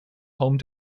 home